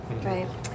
right